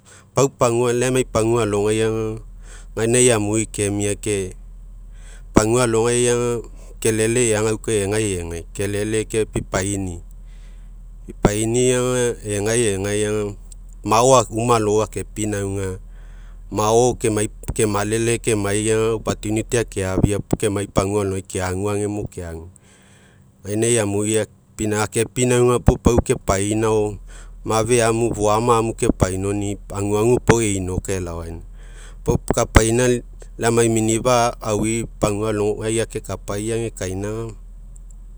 Pau pagau, lai emai pagua alogai, gainai amui kemia ke pagua alogai ga, kelele eagaukae egae egae, kelele ke pipaini. Pipaini aga egae egae ga, mao uma alogai akepinauga, mao ke malele kemai ga, akeafia puo kemai pagua alogai keagu agemo keague. Egainai amui akepinauga puo kepainao, mafe amu, foama amu kepinauni'i, aguagu pau einoka elaoaona. Pau kapaina, lai emai minifa'a aui, pagua alogai akekapai age kaina ga.